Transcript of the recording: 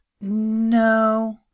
No